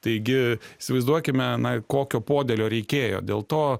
taigi įsivaizduokime na kokio podėlio reikėjo dėl to